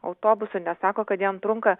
autobusu nes sako kad jam trunka